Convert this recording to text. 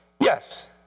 yes